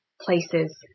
places